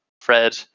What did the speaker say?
fred